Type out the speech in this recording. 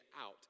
out